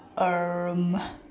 um